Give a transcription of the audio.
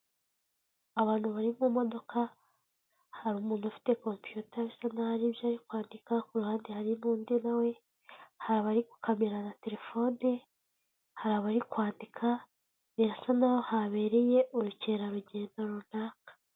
Nta muntu utagira inzozi zo kuba mu nzu nziza kandi yubatse neza iyo nzu iri mu mujyi wa kigali uyishaka ni igihumbi kimwe cy'idolari gusa wishyura buri kwezi maze nawe ukibera ahantu heza hatekanye.